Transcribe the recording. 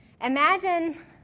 imagine